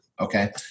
okay